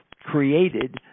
created